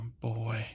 boy